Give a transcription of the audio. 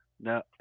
No